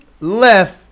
left